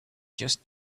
just